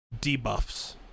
debuffs